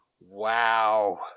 Wow